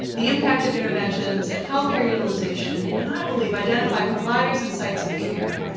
the impact of interventions, and healthcare utilization, and, i believe identify providers and sites of care,